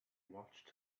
watched